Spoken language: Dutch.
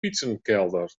fietsenkelder